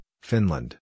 Finland